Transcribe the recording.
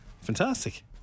Fantastic